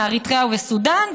מאריתריאה וסודאן,